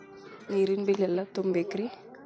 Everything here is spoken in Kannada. ನೇರಿನ ಬಿಲ್ ಎಲ್ಲ ತುಂಬೇಕ್ರಿ?